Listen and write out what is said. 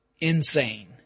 insane